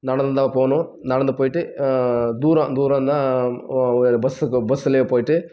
நடந்துதான் போகணும் நடந்து போய்ட்டு தூரம் தூரம் தான் பஸ்க்கு பஸ்ஸுலே போய்ட்டு